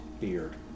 beard